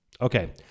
Okay